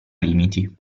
limiti